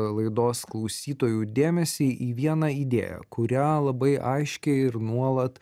laidos klausytojų dėmesį į vieną idėją kurią labai aiškiai ir nuolat